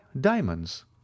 diamonds